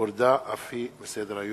הורדה אף היא מסדר-היום.